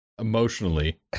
Emotionally